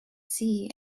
see